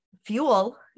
fuel